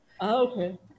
Okay